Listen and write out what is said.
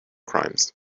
crimes